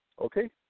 Okay